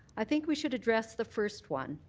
i think we should address the first one.